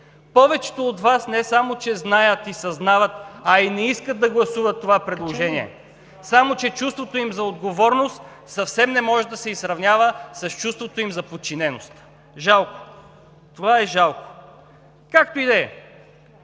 Повечето от Вас не само че знаят и съзнават, а и не искат да гласуват това предложение. Само че чувството им за отговорност съвсем не може да се изравнява с чувството им за подчиненост – жалко, това е жалко, както и да е.